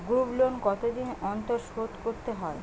Group loan কতদিন অন্তর শোধকরতে হয়?